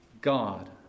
God